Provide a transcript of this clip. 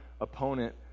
opponent